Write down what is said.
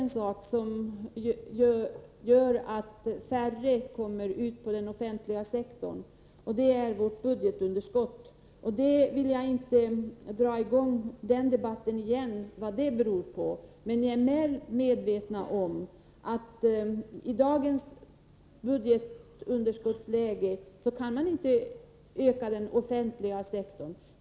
En annan faktor som gör att färre människor kommer till den offentliga sektorn är vårt budgetunderskott. Jag vill inte dra i gång någon ny debatt om orsakerna härvidlag, men vi är väl medvetna om att man med dagens budgetunderskott inte kan öka den offentliga sektorn.